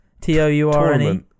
T-O-U-R-N-E